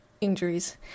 injuries